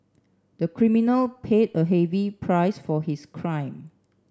the criminal paid a heavy price for his crime